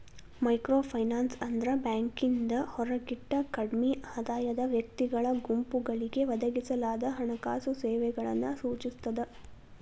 microfinance ಅಂದ್ರ ಬ್ಯಾಂಕಿಂದ ಹೊರಗಿಟ್ಟ ಕಡ್ಮಿ ಆದಾಯದ ವ್ಯಕ್ತಿಗಳ ಗುಂಪುಗಳಿಗೆ ಒದಗಿಸಲಾದ ಹಣಕಾಸು ಸೇವೆಗಳನ್ನ ಸೂಚಿಸ್ತದ